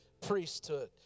priesthood